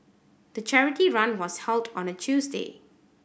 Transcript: the charity run was held on a Tuesday